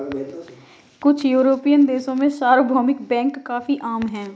कुछ युरोपियन देशों में सार्वभौमिक बैंक काफी आम हैं